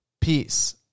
Peace